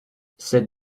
cette